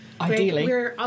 Ideally